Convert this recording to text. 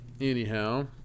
anyhow